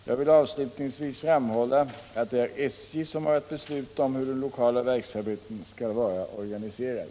Jag vill avslutningsvis framhålla att det är SJ som har att besluta om hur den lokala verksamheten skall vara organiserad.